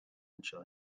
anseo